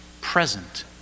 present